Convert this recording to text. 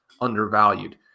undervalued